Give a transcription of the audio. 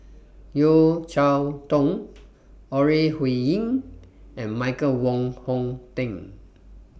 Yeo Cheow Tong Ore Huiying and Michael Wong Hong Teng